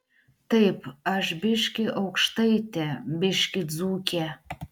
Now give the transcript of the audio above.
taip aš biškį aukštaitė biškį dzūkė